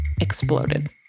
exploded